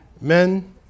Men